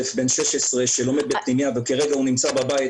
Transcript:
בן 16 שלומד בפנימייה וכרגע הוא נמצא בבית,